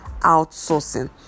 outsourcing